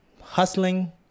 hustling